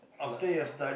apply